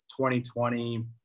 2020